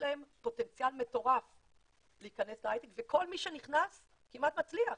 להם פוטנציאל מטורף להכנס להייטק וכל מי שנכנס כמעט מצליח,